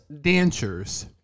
dancers